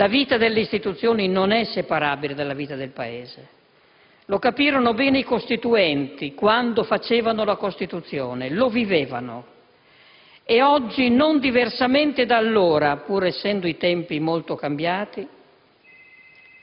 La vita delle istituzioni non è separabile dalla vita del Paese. Lo capirono bene i costituenti quando facevano la Costituzione, lo vivevano. Oggi, non diversamente da allora, pur essendo i tempi molto cambiati,